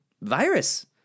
virus